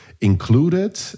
included